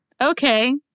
Okay